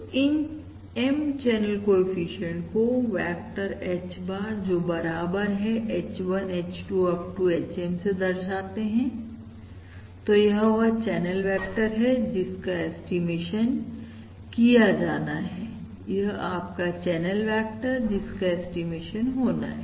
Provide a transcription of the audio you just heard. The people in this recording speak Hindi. तो इन M चैनल कोएफिशिएंट को वेक्टर H bar जो बराबर है H1 H2 up to HM से दर्शाते हैं तो यह वह चैनल वेक्टर है जिसका ऐस्टीमेशन किया जाना है यह आपका चैनल वेक्टर जिसका ऐस्टीमेशन होना है